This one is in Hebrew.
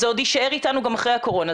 זה עוד יישאר איתנו גם אחרי הקורונה.